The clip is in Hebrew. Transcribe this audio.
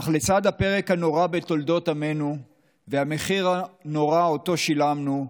אך לצד הפרק הנורא בתולדות עמנו והמחיר הנורא ששילמנו,